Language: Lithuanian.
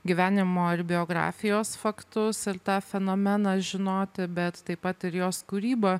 gyvenimo ir biografijos faktus ir tą fenomeną žinoti bet taip pat ir jos kūrybą